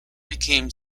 became